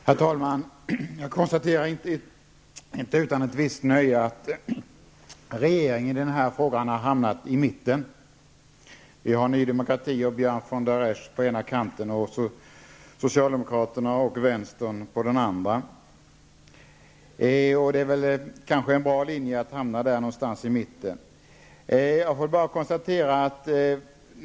Herr talman! Jag konstaterar, inte utan ett visst nöje, att regeringen i den här frågan har hamnat i mitten. Vi har Ny Demokrati och Björn von der Esch på ena kanten och socialdemokraterna och vänstern på den andra. Det är kanske en bra linje att hamna någonstans där i mitten.